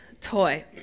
toy